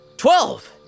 Twelve